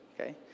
okay